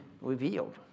revealed